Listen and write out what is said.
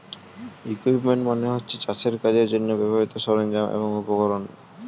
equipment মানে হচ্ছে চাষের কাজের জন্যে ব্যবহৃত সরঞ্জাম এবং উপকরণ